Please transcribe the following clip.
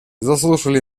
заслушали